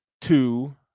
two